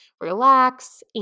relax